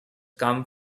come